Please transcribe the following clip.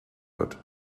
wird